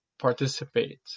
participate